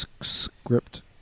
script